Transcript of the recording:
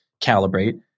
calibrate